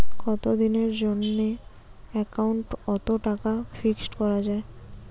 কতদিনের জন্যে একাউন্ট ওত টাকা ফিক্সড করা যায়?